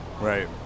Right